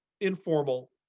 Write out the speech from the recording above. informal